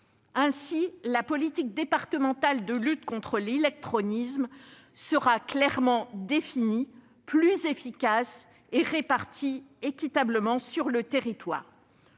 Ainsi, la politique départementale de lutte contre l'illectronisme sera clairement définie, plus efficace et répartie équitablement sur le territoire.